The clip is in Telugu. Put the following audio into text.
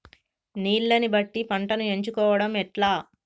నీళ్లని బట్టి పంటను ఎంచుకోవడం ఎట్లా?